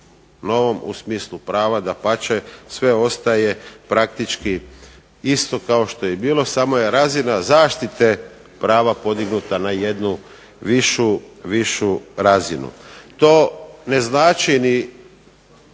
u smislu prava, dapače sve ostaje praktički isto kao što je i bilo samo je razina zaštite prava podignuta na jednu višu razinu. To ne znači ni